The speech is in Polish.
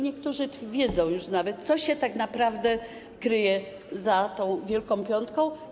Niektórzy wiedzą już nawet, co się tak naprawdę kryje za tą wielką piątką.